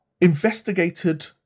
investigated